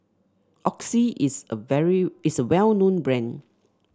Oxy is a very is a well known brand